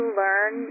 learn